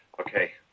Okay